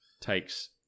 takes